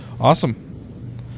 Awesome